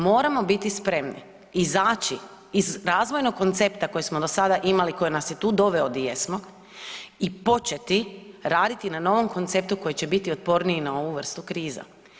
Moramo biti spremni izaći iz razvojnog koncepta koji smo do sada imali koji nas je tu doveo di jesmo i početi raditi na novom konceptu koji će biti otporniji na ovu vrstu kriza.